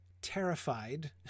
Terrified